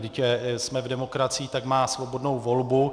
Vždyť jsme v demokracii, tak má svobodnou volbu.